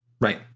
Right